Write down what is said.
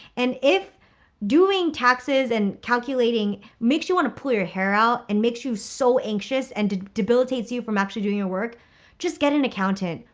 and if doing taxes and calculating makes you want to pull your hair out and makes you so anxious and debilitates you from actually doing your work just get an accountant.